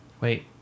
Wait